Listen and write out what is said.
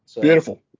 Beautiful